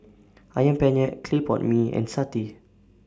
Ayam Penyet Clay Pot Mee and Satay